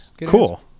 Cool